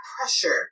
pressure